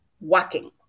working